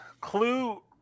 Clue